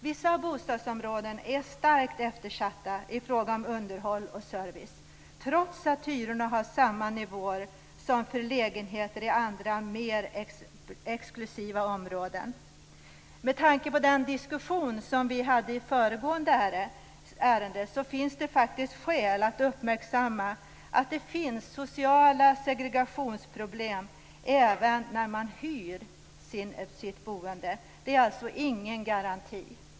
Vissa bostadsområden är starkt eftersatta i fråga om underhåll och service trots att hyrorna har samma nivåer som för lägenheter i andra mer exklusiva områden. Med tanke på den diskussion vi förde i föregående ärende finns det skäl att uppmärksamma att det finns sociala segregationsproblem även när man hyr sitt boende. Det är alltså inte någon garanti.